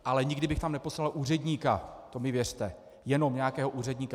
Ale nikdy bych tam neposlal úředníka, to mi věřte, jenom nějakého úředníka.